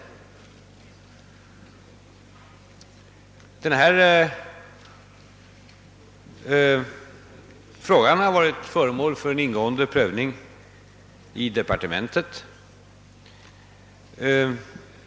Denna fråga har varit föremål för en ingående prövning i departementet.